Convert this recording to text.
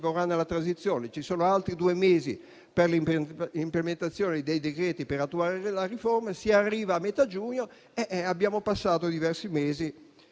servirà per la transizione. Vi sono altri due mesi per l'implementazione dei decreti per attuare la riforma. Si arriverà a metà giugno e avremo passato diversi mesi,